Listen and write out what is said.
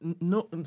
No